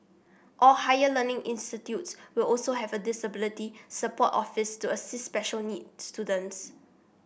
all higher learning institutes will also have a disability support office to assist special needs students